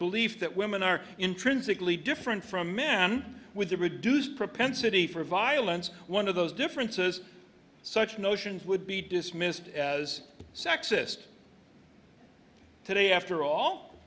belief that women are intrinsically different from men with a reduced propensity for violence one of those differences such notions would be dismissed as sexist today after all